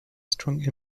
strong